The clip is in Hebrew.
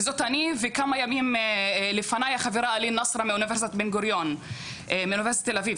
וזאת אני וכמה ימים לפניי החברה אלין נאסרה מאונ' תל אביב.